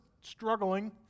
struggling